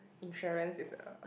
insurance is a